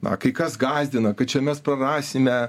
na kai kas gąsdina kad čia mes prarasime